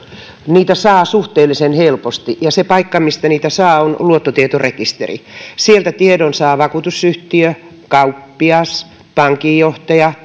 niitä saa suhteellisen helposti ja se paikka mistä niitä saa on luottotietorekisteri sieltä tiedon saa vakuutusyhtiö kauppias pankinjohtaja